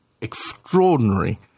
extraordinary